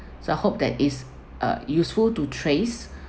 so I hope that is uh useful to trace